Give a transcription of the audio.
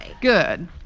Good